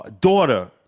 daughter